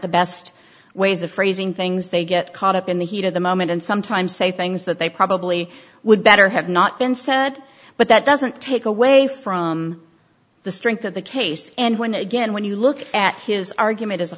the best ways of phrasing things they get caught up in the heat of the moment and sometimes say things that they probably would better have not been said but that doesn't take away from the strength of the case and when again when you look at his argument as a